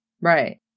Right